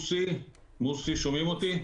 כן.